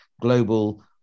global